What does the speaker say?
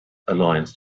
alliance